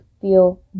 feel